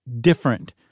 different